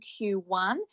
Q1